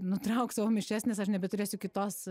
nutrauk savo mišias nes aš nebeturėsiu kitos